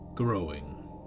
Growing